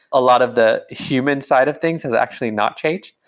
a lot of the human side of things has actually not changed.